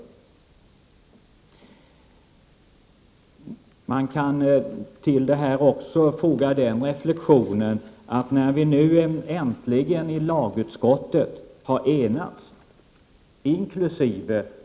18 Man kan till detta också foga den reflexionen att när vi nu äntligen i lagutskottet har enats, inkl.